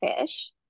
fish